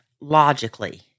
logically